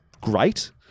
great